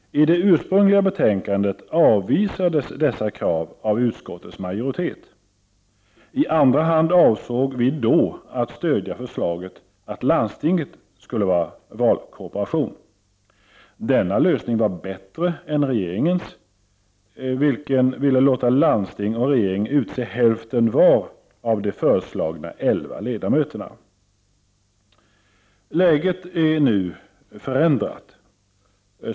I det ursprungliga betänkandet avvisades dessa krav av utskottets majoritet. I andra hand avsåg vi då att stödja förslaget om att landstinget skulle vara valkorporation. Denna lösning var bättre än regeringens, vilken ville låta landsting och regering utse hälften var av de föreslagna elva ledamöterna. Läget är nu förändrat.